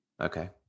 Okay